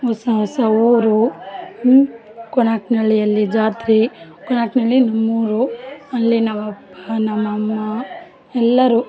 ಹೊಸ ಹೊಸ ಊರು ಕೊನಾಕ್ನಳ್ಳಿಯಲ್ಲಿ ಜಾತ್ರೆ ಕೊನಾಕ್ನ ಹಳ್ಳಿ ನಮ್ಮೂರು ಅಲ್ಲಿ ನಮ್ಮ ಅಪ್ಪ ನಮ್ಮ ಅಮ್ಮ ಎಲ್ಲರೂ